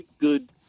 good